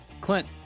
Clint